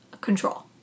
Control